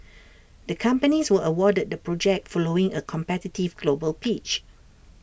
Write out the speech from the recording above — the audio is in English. the companies were awarded the project following A competitive global pitch